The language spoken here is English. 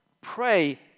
Pray